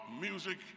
music